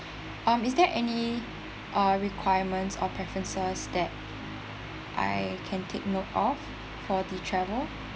um is there any uh requirements or preferences that I can take note of for the travel